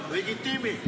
לגיטימי.